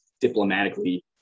diplomatically